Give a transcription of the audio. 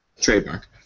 trademark